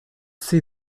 see